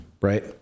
Right